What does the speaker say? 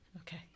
Okay